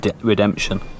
redemption